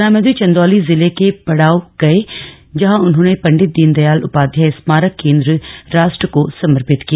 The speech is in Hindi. प्रधानमंत्री चंदौली जिले के पड़ाव गये जहां उन्होंने पंडित दीनदयाल उपाध्याय स्मारक केन्द्र राष्ट्र को समर्पित किया